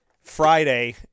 Friday